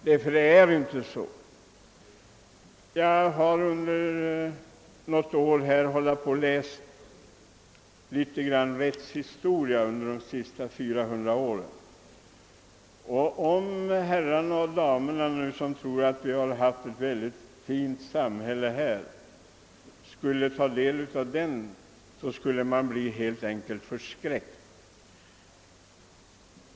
Det förhåller sig inte heller på det sättet. Jag har under något år hållit ) på men litet läsning av rättshistoria avseende de senaste 400 åren. Om. herrarna och damerna som tror att vi har haft. ett mycket fint samhälle förr toge del av rättshistorien skulle de bli förskräckta.